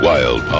Wild